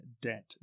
debt